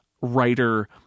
writer